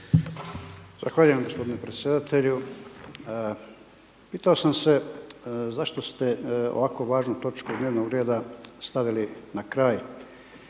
Zahvaljujem gospodine predsjedatelju. Pitao sam se zašto ste ovako važnu točku dnevnog reda stavili na kraj